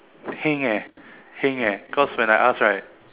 heng eh heng eh because when I ask right